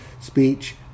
speech